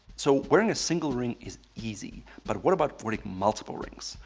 so wearing a single ring is easy but what about putting multiple rings?